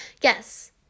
Yes